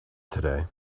today